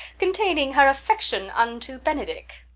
containing her affection unto benedick.